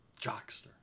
Jockster